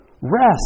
Rest